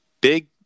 big